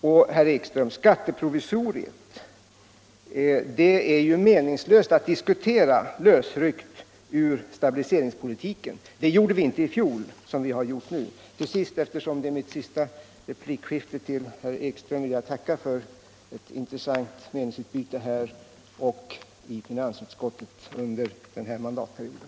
Och, herr Ekström, skatteprovisoriet är ju meningslöst att diskutera lösryckt ur sitt stabiliseringspolitiska sammanhang. Det gjorde vi inte i fjol. Till sist, eftersom detta är min sista replik till herr Ekström, vill jag tacka för ett intressant och trevligt meningsutbyte här och i finansutskottet under den här mandatperioden.